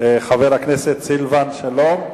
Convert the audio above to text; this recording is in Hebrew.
חבר הכנסת סילבן שלום,